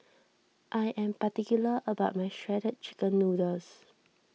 I am particular about my Shredded Chicken Noodles